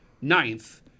ninth